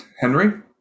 Henry